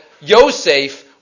Yosef